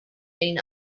been